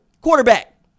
quarterback